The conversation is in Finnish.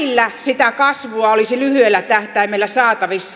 näillä sitä kasvua olisi lyhyellä tähtäimellä saatavissa